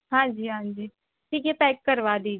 हाँजी हाँजी ठीक है पैक करवा दीजिए